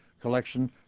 collection